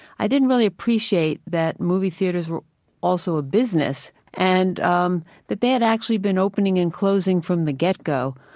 i didn't really appreciate that movie theaters were also a business and um that they had actually been opening and closing from the get go,